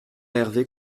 hervé